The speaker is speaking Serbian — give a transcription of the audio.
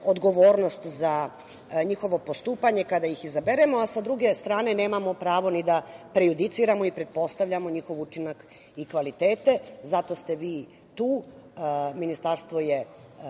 odgovornost za njihovo postupanje kada ih izaberemo, a sa druge strane nemamo pravo ni da prejudiciramo i pretpostavljamo njihov učinak i kvalitete. Zato ste vi tu. Ministarstvo je